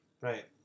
Right